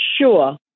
sure